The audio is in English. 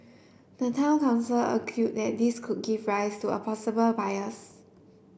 the town council argue that this could give rise to a possible bias